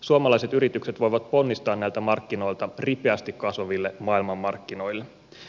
suomalaiset yritykset voivat ponnistaa näiltä markkinoilta ripeästi kasvaville maailmanmarkkinoille